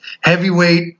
heavyweight